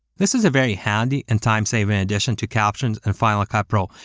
this is a very handy and timesaving addition to captions in final cut pro,